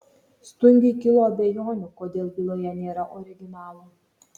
stungiui kilo abejonių kodėl byloje nėra originalo